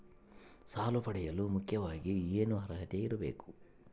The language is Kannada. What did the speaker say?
ಸಾಲ ಪಡೆಯಲು ಮುಖ್ಯವಾಗಿ ಏನು ಅರ್ಹತೆ ಇರಬೇಕು?